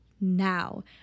now